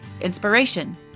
Inspiration